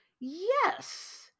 Yes